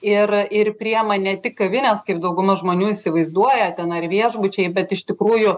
ir ir priima ne tik kavinės kaip dauguma žmonių įsivaizduoja ten ar viešbučiai bet iš tikrųjų